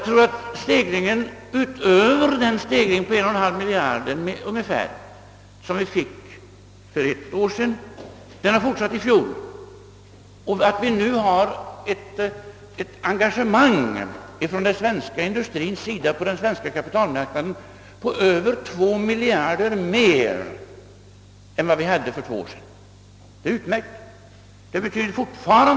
Denna stegring fortsatte i fjol, och vi har nu på den svenska kapitalmarknaden ett engagemang ifrån den svenska industriens sida på ungefär två miljarder kronor mer än vi hade för två år sedan. Det är i och för sig utmärkt.